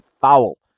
foul